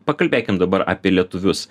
pakalbėkim dabar apie lietuvius